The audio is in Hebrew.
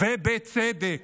ובצדק.